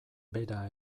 bera